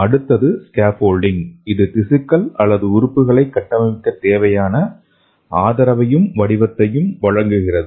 அடுத்தது ஸ்கேஃபோல்டிங் இது திசுக்கள் அல்லது உறுப்புகளை கட்டமைக்க தேவையான ஆதரவையும் வடிவத்தையும் வழங்குகிறது